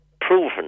proven